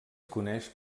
coneix